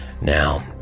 now